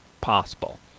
possible